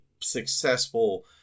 successful